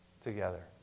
together